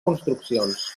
construccions